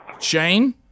Shane